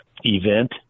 event